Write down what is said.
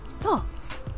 thoughts